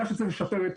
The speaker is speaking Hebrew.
מה שצריך לשפר את